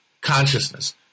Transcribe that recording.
consciousness